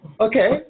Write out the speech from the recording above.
okay